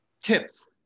Tips